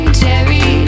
cherry